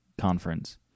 conference